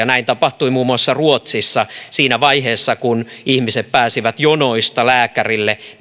näin tapahtui muun muassa ruotsissa siinä vaiheessa kun ihmiset pääsivät jonoista lääkärille